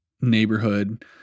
neighborhood